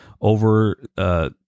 over